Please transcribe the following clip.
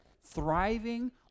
thriving